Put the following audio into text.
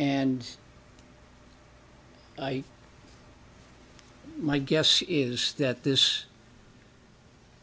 and i my guess is that this